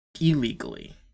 illegally